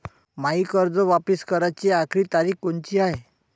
मायी कर्ज वापिस कराची आखरी तारीख कोनची हाय?